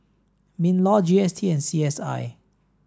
min law G S T and C S I